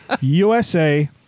USA